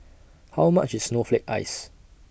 How much IS Snowflake Ice